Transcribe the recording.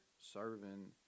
serving